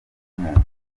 bw’umuntu